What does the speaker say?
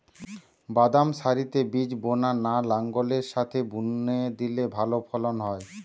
বাদাম সারিতে বীজ বোনা না লাঙ্গলের সাথে বুনে দিলে ভালো ফলন হয়?